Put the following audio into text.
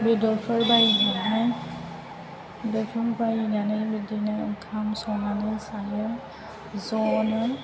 बेदरफोर बायनानै बेदरफोर बायनानै बिदिनो ओंखाम संनानै जायो ज' नो